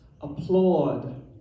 applaud